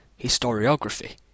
historiography